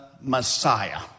Messiah